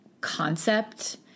concept